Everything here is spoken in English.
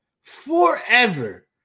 forever